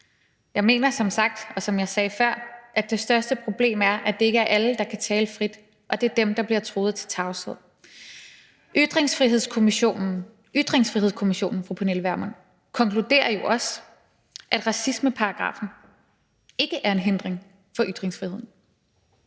Jeg mener, som jeg sagde før, at det største problem er, at det ikke er alle, der kan tale frit, og at det er dem, der bliver truet til tavshed. Ytringsfrihedskommissionen – Ytringsfrihedskommissionen, fru Pernille Vermund – konkluderer jo også, at racismeparagraffen ikke er en hindring for ytringsfriheden.